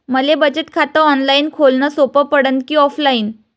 मले बचत खात ऑनलाईन खोलन सोपं पडन की ऑफलाईन?